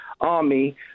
army